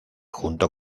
junto